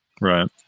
Right